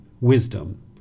wisdom